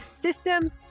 systems